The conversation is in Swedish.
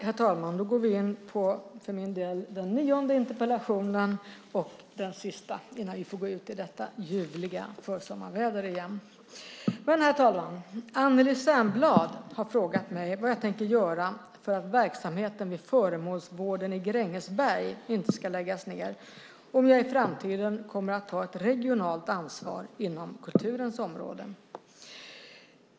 Herr talman! Anneli Särnblad har frågat mig vad jag tänker göra för att verksamheten vid Föremålsvård i Grängesberg inte ska läggas ned och om jag i framtiden kommer att ta ett regionalt ansvar inom kulturens områden.